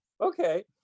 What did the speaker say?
okay